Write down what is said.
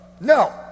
no